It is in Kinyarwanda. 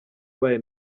ubaye